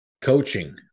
coaching